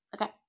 okay